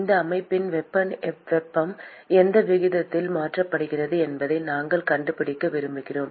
இந்த அமைப்பிற்கான வெப்பம் எந்த விகிதத்தில் மாற்றப்படுகிறது என்பதை நாங்கள் கண்டுபிடிக்க விரும்புகிறோம்